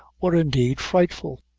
were indeed frightful.